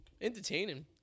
entertaining